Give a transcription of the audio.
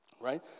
right